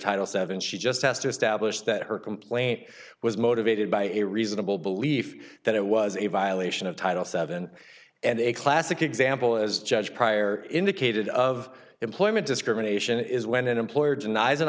title seven she just has to establish that her complaint was motivated by a reasonable belief that it was a violation of title seven and a classic example as judge pryor indicated of employment discrimination is when an employer denies an